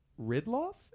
Ridloff